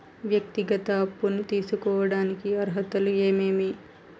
వ్యక్తిగత అప్పు తీసుకోడానికి అర్హతలు ఏమేమి